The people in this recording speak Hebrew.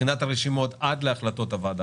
בחינת הרשימות עד להחלטות הוועדה,